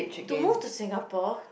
to move to Singapore